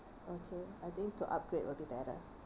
okay I think to upgrade would be better